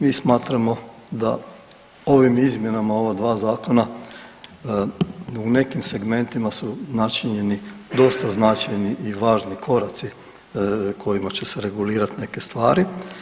Mi smatramo da ovim izmjenama ova dva Zakona u nekim segmentima su načinjeni dosta značajni i važni koraci kojima će se regulirati neke stvari.